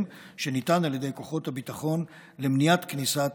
שניתן על ידי כוחות הביטחון למניעה של כניסת